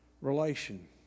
relation